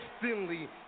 Finley